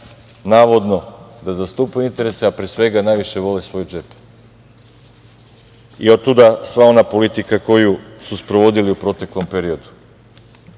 navodno, da zastupaju interese, a pre svega najviše vole svoj džep. I otuda sva ona politika koju su sprovodili u proteklom periodu. Nisu